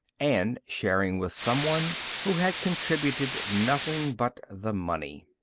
and sharing with someone who had contributed nothing but the money.